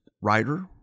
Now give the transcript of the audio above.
writer